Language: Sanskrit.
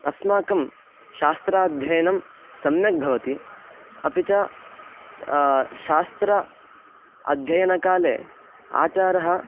अस्माकं शास्त्राध्ययनं सम्यक् भवति अपि च शास्त्र अध्ययनकाले आचारः